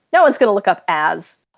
no one's going to look up as.